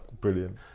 brilliant